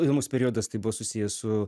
įdomus periodas tai buvo susiję su